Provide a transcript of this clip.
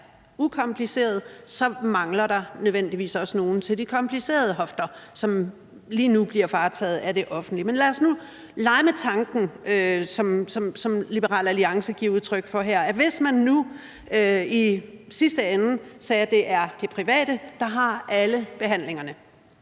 ukomplicerede, så mangler der nødvendigvis nogle til de komplicerede hofteoperationer, som lige nu bliver varetaget af det offentlige. Men lad os nu lege med tanken, som Liberal Alliance giver udtryk for her, om, at man i sidste ende sagde, at det er det private, der har alle behandlingerne,